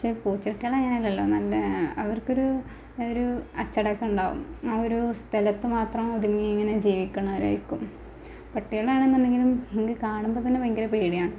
പക്ഷെ പൂച്ചക്കള് അങ്ങനെ അല്ലല്ലോ നല്ല അവര്ക്കൊരൂ ഒരൂ അച്ചടക്കവുണ്ടാകും ആ ഒരു സ്ഥലത്ത് മാത്രം ഒതുങ്ങി ഇങ്ങനെ ജീവിക്കുന്നവർ ആയിരിക്കും പട്ടികളാനെന്നുണ്ടെങ്കിലും എനിക്ക് കാണുമ്പോൾ തന്നെ ഭയങ്കര പേടിയാണ്